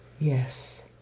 yes